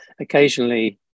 occasionally